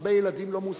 הרבה ילדים לא מועסקים.